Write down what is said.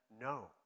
no